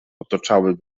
otaczały